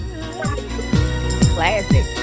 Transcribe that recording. classic